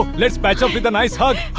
um let's patch up with a nice hug.